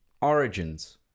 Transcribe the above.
Origins